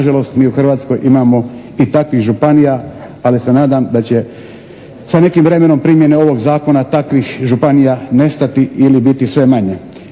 mi u Hrvatskoj imamo i takvih županija. Ali se nadam da će sa nekim vremenom primjene ovog zakona takvih županija nestati ili biti sve manje.